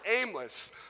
aimless